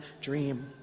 dream